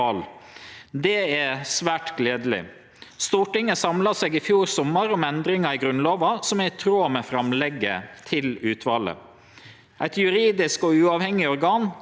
Eit juridisk og uavhengig organ kalla riksvalstyret skal handsame alle klager ved val. I tillegg vert det mogleg å klage på Stortinget si godkjenning av val til Høgsterett.